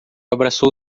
abraçou